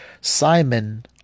Simon